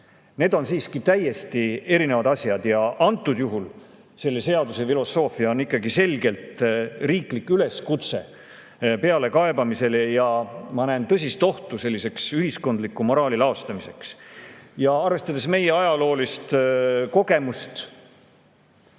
Need on täiesti erinevad asjad. Antud juhul selle seaduse filosoofia on ikkagi selgelt riiklik üleskutse pealekaebamisele. Ma näen tõsist ohtu ühiskondliku moraali laostamiseks. Arvestades meie ajaloolist kogemust